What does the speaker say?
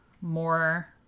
More